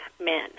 men